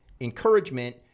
encouragement